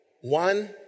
One